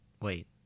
wait